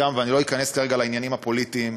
ואני לא אכנס כרגע לעניינים הפוליטיים,